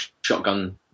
shotgun